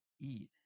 eat